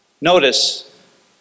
Notice